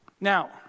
Now